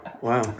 Wow